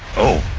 oh,